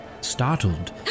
Startled